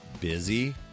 busy